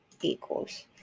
equals